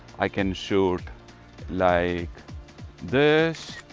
i can shoot like this,